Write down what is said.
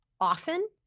often